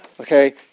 Okay